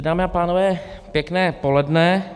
Dámy a pánové, pěkné poledne.